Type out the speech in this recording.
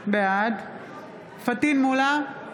בעד פטין מולא,